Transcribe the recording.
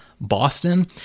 Boston